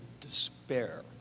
despair